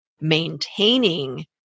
maintaining